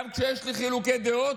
גם כשיש לי חילוקי דעות,